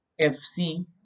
Fc